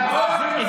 תחזור לאיפה שבאת.